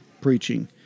preaching